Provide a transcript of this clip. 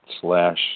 slash